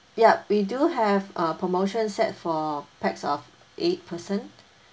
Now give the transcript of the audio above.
ya we do have uh promotion set for packs of eight person